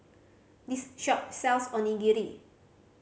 this shop sells Onigiri